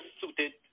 suited